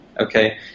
okay